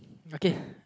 okay